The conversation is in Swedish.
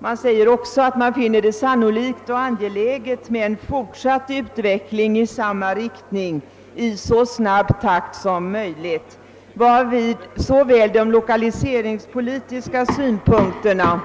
Utskottet säger också att utskottet finner det sannolikt och angeläget med en fortsatt utveckling i samma riktning i så snabb takt som möjligt, varvid såväl de lokaliseringspolitiska synpunkterna